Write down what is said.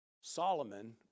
Solomon